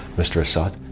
mr assad.